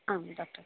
आं डाक्टर्